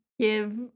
give